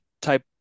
type